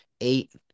eight